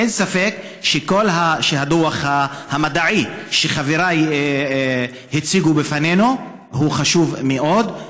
אין ספק שהדוח המדעי שחבריי הציגו בפנינו הוא חשוב מאוד,